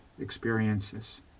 experiences